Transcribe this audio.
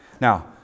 Now